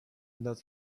not